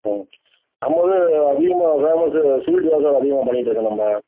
ம் நம்மளுது அதிகமாக ஃபேமஸு ஸ்வீட் தான் சார் அதிகமாக பண்ணிகிட்ருக்கோம் நம்ம